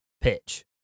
pitch